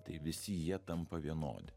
tai visi jie tampa vienodi